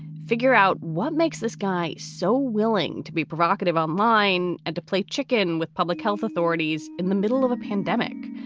figure out what makes this guy so willing to be provocative online and to play chicken with public health authorities in the middle of a pandemic.